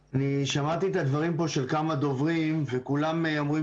שמעתי את הדברים של כמה דוברים פה וכולם אומרים